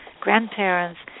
grandparents